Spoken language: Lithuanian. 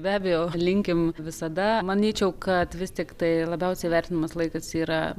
be abejo linkim visada manyčiau kad vis tiktai labiausiai vertinamas laikas yra